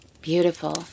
Beautiful